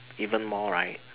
even more right